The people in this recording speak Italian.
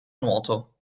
nuoto